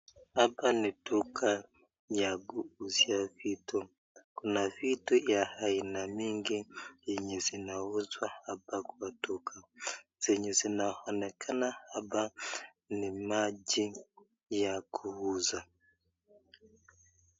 Hapa ni duka ya kuuzia vitu, kuna vitu ya aina mingi yenye zinauza hapa kwa duka zenye zinaoonekana hapa ni maji ya kuuza.